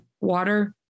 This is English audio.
water